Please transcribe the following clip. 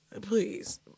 please